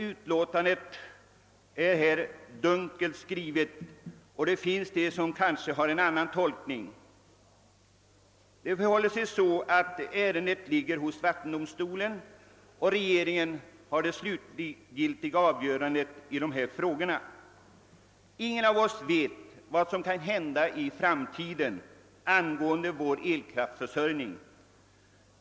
Utlåtandet är härvidlag dunkelt skrivet, och det finns väl de som har en annan tolkning. Ärendet ligger hos vattendomstolen och regeringen har att träffa det slutgiltiga avgörandet. Ingen av oss vet vad som kan hända i framtiden angående vår elkraftförsörjning.